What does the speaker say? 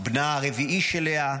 בנה הרביעי של לאה,